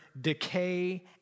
decay